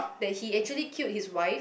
that he actually killed his wife